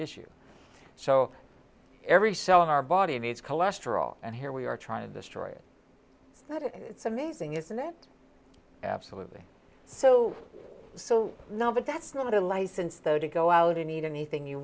issue so every cell in our body needs cholesterol and here we are trying to destroy it it's amazing isn't it absolutely so so no but that's not a license though to go out and eat anything you